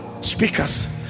Speakers